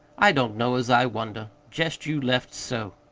i don't know as i wonder jest you left, so!